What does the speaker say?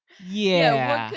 yeah.